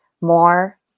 more